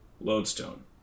Lodestone